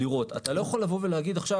אתה לא יכול לבוא ולהגיד עכשיו: